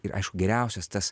ir aišku geriausias tas